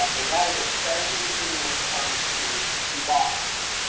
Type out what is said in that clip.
and that is especially true when it comes to the boxes.